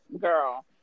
girl